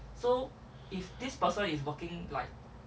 um